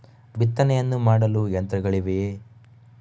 ಬಿತ್ತನೆಯನ್ನು ಮಾಡಲು ಯಂತ್ರಗಳಿವೆಯೇ?